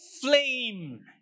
flame